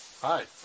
Hi